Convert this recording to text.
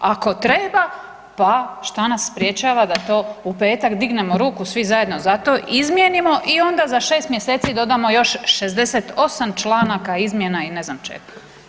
Ako treba, pa šta nas sprečava da u petak dignemo ruku svi zajedno za to, izmijenimo i onda za 6 mj. dodamo još 68 članaka izmjena i ne znam čega.